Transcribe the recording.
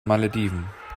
malediven